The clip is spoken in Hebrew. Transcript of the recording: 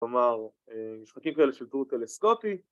‫כלומר, משחקים כאלה ‫של תיאור טלסקוטי.